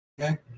Okay